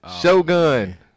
Shogun